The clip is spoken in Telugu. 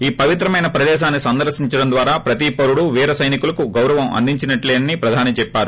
ఈ పవిత్రమైన ప్రదేశాన్ని సందర్పించడం ద్వారా ప్రతి పౌరుడు వీర సైనియకులకు గౌరవం అందించినట్లేనని ప్రధాని చెప్పారు